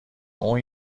اون